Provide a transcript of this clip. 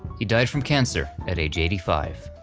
he died from cancer at age eighty five.